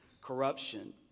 corruption